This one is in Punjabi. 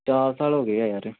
ਚਾਰ ਸਾਲ ਹੋ ਗਏ ਆ ਯਾਰ